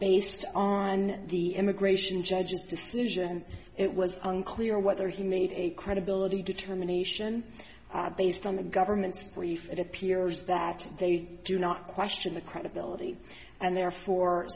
based on the immigration judge's decision and it was unclear whether he made a credibility determination based on the government's brief it appears that they do not question the credibility and therefore